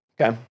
Okay